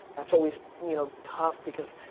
that's always, you know, tough, because,